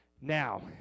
Now